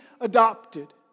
adopted